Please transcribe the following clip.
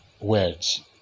Words